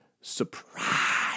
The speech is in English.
Surprise